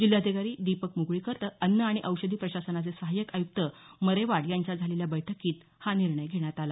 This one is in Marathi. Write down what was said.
जिल्हाधिकारी दीपक मुगळीकर अन्न आणि औषधी प्रशासनाचे सहाय्यक आयुक्त मरेवाड यांच्यात झालेल्या बैठकीत हा निर्णय घेतला